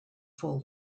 full